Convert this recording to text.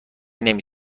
نمی